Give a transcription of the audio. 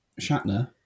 Shatner